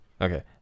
Okay